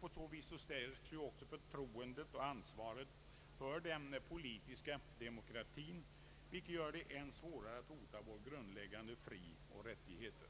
På så vis stärks även förtroendet och ansvaret för den politiska demokratin, vilket gör det än svårare att hota våra grundläggande frioch rättigheter.